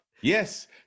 Yes